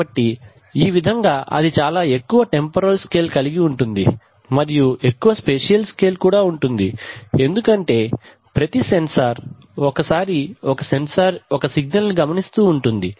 కాబట్టి ఈ విధంగా అది చాలా ఎక్కువ టెంపొరల్ స్కేల్ కలిగి ఉంటుంది మరియు ఎక్కువ స్పేషియల్ స్కేల్ కూడా ఉంటుంది ఎందుకంటే ప్రతి సెన్సార్ ఒక సెన్సార్ ఒకసారి ఒక సిగ్నల్ గమనిస్తూ ఉంటుంది